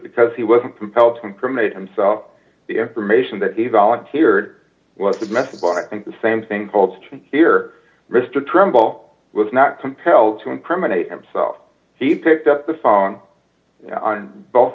because he wasn't compelled to incriminate himself the information that he volunteered was the best but i think the same thing holds true here mr trimble was not compelled to incriminate himself he picked up the phone on both